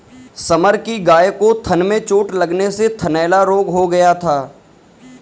summer की गाय को थन में चोट लगने से थनैला रोग हो गया था